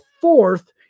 fourth